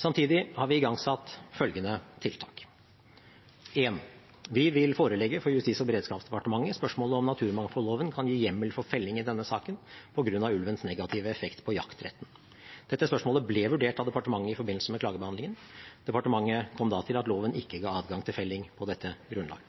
Samtidig har vi igangsatt følgende tiltak: Vi vil forelegge for Justis- og beredskapsdepartementet spørsmålet om naturmangfoldloven kan gi hjemmel for felling i denne saken på grunn av ulvens negative effekt på jaktretten. Dette spørsmålet ble vurdert av departementet i forbindelse med klagebehandlingen. Departementet kom da til at loven ikke ga adgang til felling på dette grunnlag.